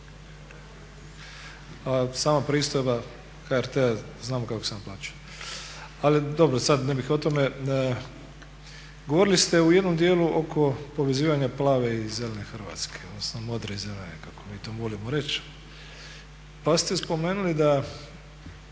sama pristojba HRT-a znamo kako se naplaćuje. Ali dobro, sad ne bih o tome. Govorili ste u jednom dijelu oko povezivanja plave i zelene Hrvatske, odnosno modre i zelene kako mi to volimo reći, pa ste spomenuli da